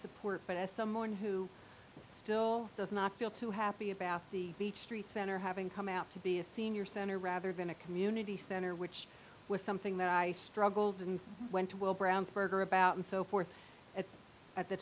support but as someone who still does not feel too happy about the beach street center having come out to be a senior center rather than a community center which was something that i struggled and went to will brownsburg or about and so forth at